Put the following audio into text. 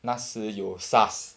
那时有 SARS